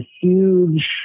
huge